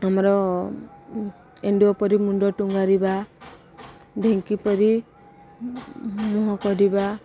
ଆମର ଏଣ୍ଡୁଅ ପରି ମୁଣ୍ଡ ଟୁଙ୍ଗାରିବା ଢିଙ୍କି ପରି ମୁହଁ କରିବା